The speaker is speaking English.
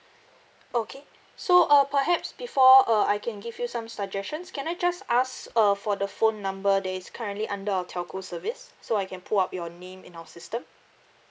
okay so uh perhaps before uh I can give you some suggestions can I just ask uh for the phone number that is currently under our telco service so I can pull out your name in our system